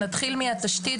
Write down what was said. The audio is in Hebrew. לתודעה.